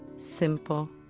simple,